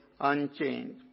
unchanged